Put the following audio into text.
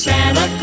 Santa